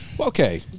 Okay